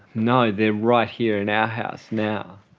no, they're right here in our house now.